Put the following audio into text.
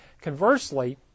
Conversely